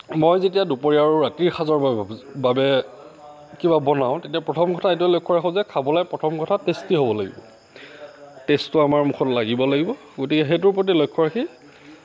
মই যেতিয়া দুপৰীয়া আৰু ৰাতিৰ সাঁজৰ বাবে বাবে কিবা বনাওঁ তেতিয়া প্ৰথম কথা এইটোৱেই লক্ষ্য ৰাখোঁ যে খাবলৈ প্ৰথম কথা টেষ্টি হ'ব লাগিব টেষ্টটো আমাৰ মুখত থাকিব লাগিব গতিকে সেইটোৰ প্ৰতি লক্ষ্য ৰাখি